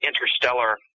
interstellar